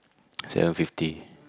seven fifty